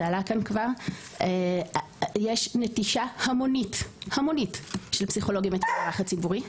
זה כבר עלה כאן: יש נטישה המונית של פסיכולוגים את המערך הציבורי,